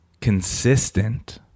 consistent